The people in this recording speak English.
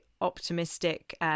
optimistic